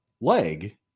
leg